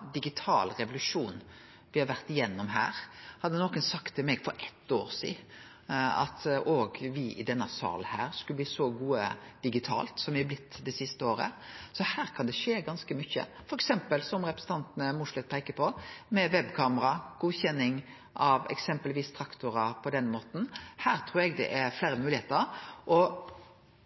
hadde sagt til meg for eitt år sidan at òg me i denne salen skulle bli så gode digitalt som me har blitt det siste året. Så her kan det skje ganske mykje, f.eks., som representanten Mossleth peiker på, med webkamera – godkjenning av eksempelvis traktorar på den måten. Her trur eg det er fleire moglegheiter.